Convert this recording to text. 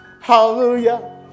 Hallelujah